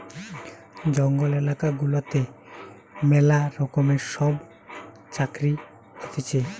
জঙ্গল এলাকা গুলাতে ম্যালা রকমের সব চাকরি হতিছে